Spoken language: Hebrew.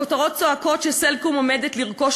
הכותרות צועקות ש"סלקום" עומדת לרכוש